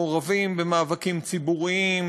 מעורבים במאבקים ציבוריים,